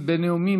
מירב בן ארי,